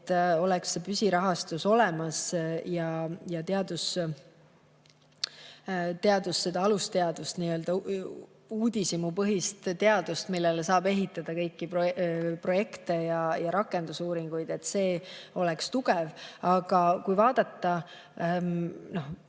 et oleks see püsirahastus olemas ja see alusteadus, nii-öelda uudishimupõhine teadus, millele saab ehitada kõiki projekte ja rakendusuuringuid, oleks tugev. Aga kui vaadata kogu